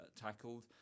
tackled